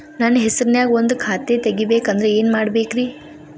ನನ್ನ ಹೆಸರನ್ಯಾಗ ಒಂದು ಖಾತೆ ತೆಗಿಬೇಕ ಅಂದ್ರ ಏನ್ ಮಾಡಬೇಕ್ರಿ?